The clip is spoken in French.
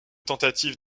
tentatives